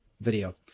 video